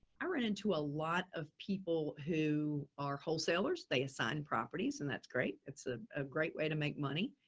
i run into a lot of people who are wholesalers. they assign properties and that's great. it's ah a great way to make money.